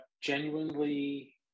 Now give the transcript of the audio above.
genuinely